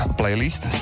playlist